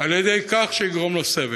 על-ידי כך שיגרום לו סבל.